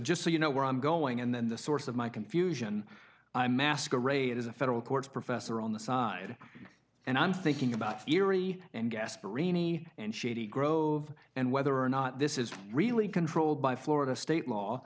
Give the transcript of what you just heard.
just so you know where i'm going and then the source of my confusion i masquerade as a federal court's professor on the side and i'm thinking about theory and gas perini and shady grove and whether or not this is really controlled by florida state law